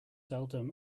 seldom